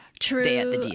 true